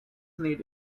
need